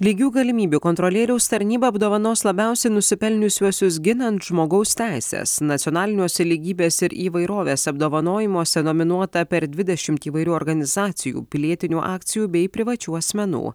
lygių galimybių kontrolieriaus tarnyba apdovanos labiausiai nusipelniusiuosius ginant žmogaus teises nacionaliniuose lygybės ir įvairovės apdovanojimuose nominuota per dvidešimt įvairių organizacijų pilietinių akcijų bei privačių asmenų